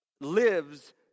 lives